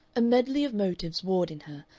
a medley of motives warred in her,